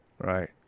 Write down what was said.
Right